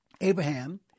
Abraham